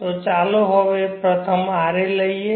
તો ચાલો હવે પ્રથમ ra લઈએ